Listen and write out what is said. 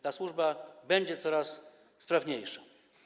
Ta służba będzie coraz sprawniejsza.